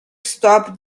stop